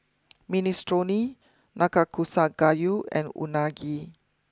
Minestrone Nanakusa Gayu and Unagi